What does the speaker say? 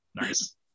nice